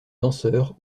danseur